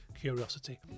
curiosity